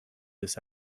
this